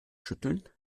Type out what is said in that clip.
schütteln